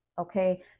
Okay